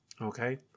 Okay